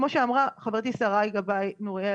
כמו שאמרה חברתי שרי גבאי נוריאל,